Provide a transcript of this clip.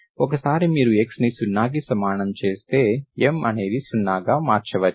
ఒకసారి మీరు xని 0కి సమానం చేస్తే M అనేది 0 గా మారవచ్చు